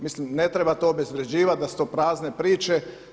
Mislim ne treba to obezvrjeđivati da su to prazne priče.